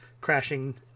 crashing